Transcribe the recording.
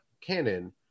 canon